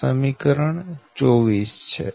આ સમીકરણ 24 છે